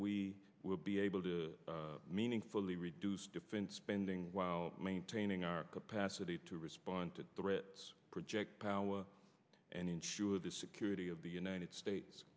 we will be able to meaningfully reduce defense spending while maintaining our capacity to respond to threats project power and ensure the security of the united states